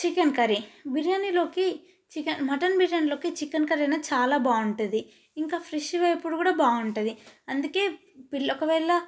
chicken curry బిర్యానీలోకి చికె mutton బిర్యానీలోకి చెకెన్ కర్రీ అయినా చాలా బాగుంటుంది ఇంకా ఫిష్ వేపుడు కూడా బాగుంటుంది అందుకే పిల్ల ఒకవేళ